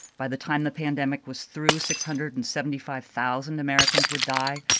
by the time the pandemic was through, six hundred and seventy five thousand americans would die,